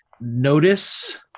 notice